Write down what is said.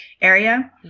area